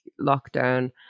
lockdown